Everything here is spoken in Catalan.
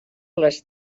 les